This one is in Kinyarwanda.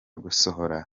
gusohora